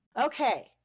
Okay